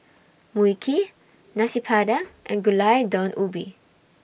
Mui Kee Nasi Padang and Gulai Daun Ubi